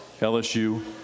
LSU